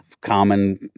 Common